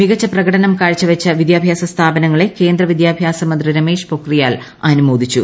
മികച്ച പ്രകടനം കാഴ്ചവച്ച വിദ്യാഭ്യാസ സ്ഥാപനങ്ങളെ കേന്ദ്ര വിദ്യാഭ്യാസ മന്ത്രി രമേശ് പൊഖ്രിയാൽ അനുമോദിച്ചു